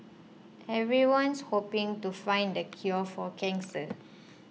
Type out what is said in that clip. everyone's hoping to find the cure for cancer